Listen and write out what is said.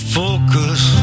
focus